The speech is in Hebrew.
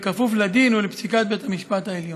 כפוף לדין ולפסיקת בית המשפט העליון.